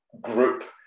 group